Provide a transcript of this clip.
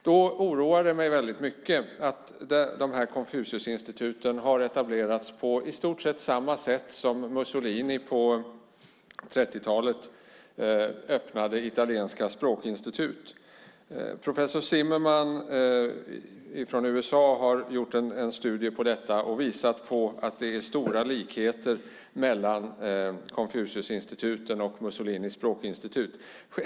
Då oroar det mig väldigt mycket att de här Konfuciusinstituten har etablerats på i stort sett samma sätt som Mussolini på 30-talet öppnade italienska språkinstitut. Professor Zimmerman i USA har gjort en studie på detta och visat att det finns stora likheter mellan Konfuciusinstituten och Mussolinis språkinstitut.